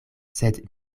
sed